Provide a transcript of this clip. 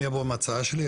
אני אבוא עם ההצעה שלי,